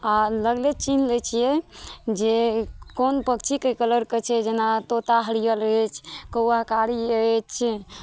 आ लगले चिन्ह लै छियै जे कोन पक्षीके कलरके छै जेना तोता हरियर अछि कौआ काड़ी अछि